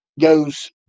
goes